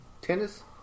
tennis